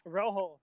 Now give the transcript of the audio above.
Rojo